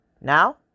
now